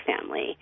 family